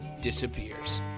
disappears